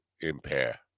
impair